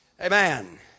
Amen